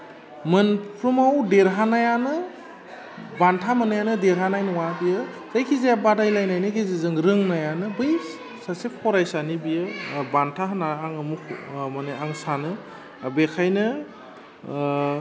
मोनफ्रोमाव देरहानायानो बान्था मोन्नायानो देरहानाय नङा बियो जायखिजाया बादायलायनायनि गेजेरजों रोंनायानो बै सासे फरायसानि बियो बान्था होन्नानै आं मख' माने आं सानो बेखायनो